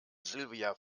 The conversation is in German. silvia